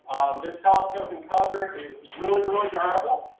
this telescoping cover is really, really durable.